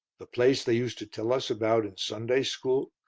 the place they used to tell us about in sunday school?